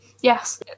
yes